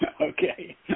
okay